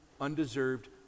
undeserved